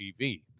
TV